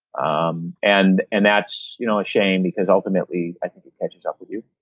um and and that's you know a shame because ultimately, i think it catches up with you